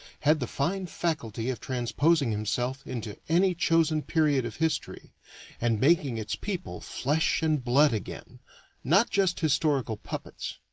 had the fine faculty of transposing himself into any chosen period of history and making its people flesh and blood again not just historical puppets.